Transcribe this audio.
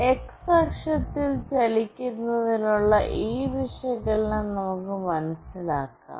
X അക്ഷത്തിൽ ചലിക്കുന്നതിനുള്ള ഈ വിശകലനം നമുക്ക് മനസിലാക്കാം